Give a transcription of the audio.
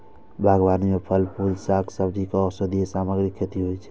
बागबानी मे फल, फूल, शाक, सब्जी आ औषधीय सामग्रीक खेती होइ छै